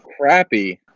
crappy